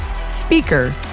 speaker